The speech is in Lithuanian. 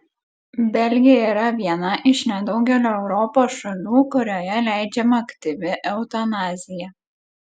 belgija yra viena iš nedaugelio europos šalių kurioje leidžiama aktyvi eutanazija